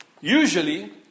usually